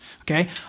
okay